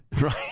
Right